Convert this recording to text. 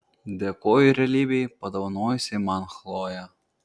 dėkoju realybei padovanojusiai man chloję